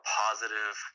positive